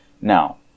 Now